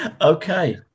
Okay